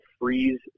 freeze